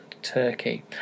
Turkey